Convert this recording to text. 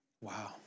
Wow